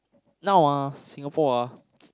now ah Singapore ah